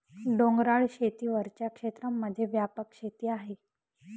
डोंगराळ शेती वरच्या क्षेत्रांमध्ये व्यापक शेती आहे